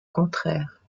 contraire